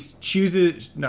chooses